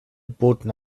boten